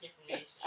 information